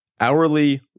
hourly